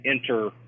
enter